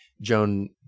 Joan